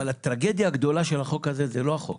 אבל הטרגדיה הגדולה של החוק הזה זה לא החוק.